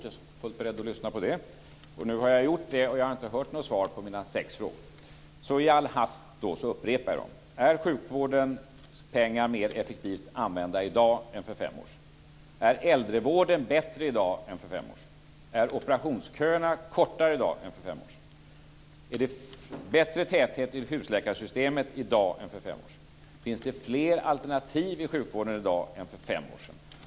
Jag var fullt beredd att lyssna på henne. Nu har jag gjort det, och jag har inte hört något svar på mina sex frågor. Så i all hast upprepar jag dem: Är sjukvårdens pengar mer effektivt använda i dag än för fem år sedan? Är äldrevården bättre i dag än för fem år sedan? Är operationsköerna kortare i dag än för fem år sedan? Är det bättre täthet i husläkarsystemet i dag än för fem år sedan? Finns det fler alternativ i sjukvården i dag än för fem år sedan?